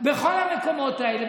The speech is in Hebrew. בכל המקומות האלה.